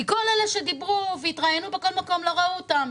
כי כל אלה שדיברו והתראיינו בכל מקום לא ראו אותם.